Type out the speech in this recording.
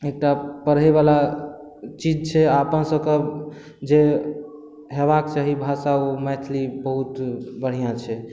एकटा पढ़ै बला चीज छै आ अपन सभके जे होयबाक चाही भाषा ओ मैथिली बहुत बढ़िऑं छै